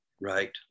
Right